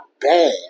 bad